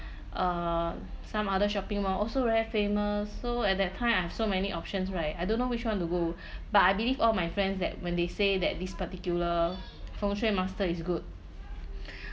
err some other shopping mall also very famous so at that time I have so many options right I don't know which one to go but I believe all my friends that when they say that this particular feng shui master is good